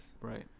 Right